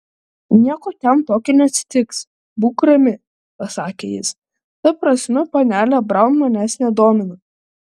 nieko ten tokio neatsitiks būk rami pasakė jis ta prasme panelė braun manęs nedomina